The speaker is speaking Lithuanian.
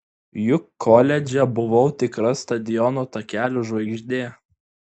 juk koledže buvau tikra stadiono takelių žvaigždė